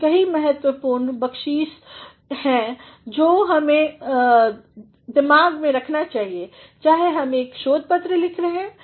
ऐसे कुछ महत्वपूर्ण बख्शीस हैं जो हमें हमेशा दिमाग में रखने चाहिए चाहे हम एक शोध पत्र लेख रहे हैं या एक सम्मेलन पत्र या हम एक थीसिस लिख रहे हैं